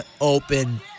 open